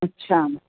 अच्छा